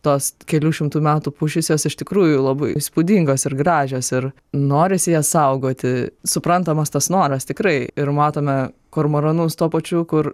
tos kelių šimtų metų pušys jos iš tikrųjų labai įspūdingos ir gražios ir norisi jas saugoti suprantamas tas noras tikrai ir matome kormoranus tuo pačiu kur